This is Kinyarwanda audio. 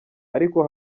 ariko